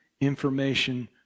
information